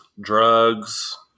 Drugs